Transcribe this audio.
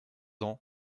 ans